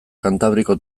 kantabriko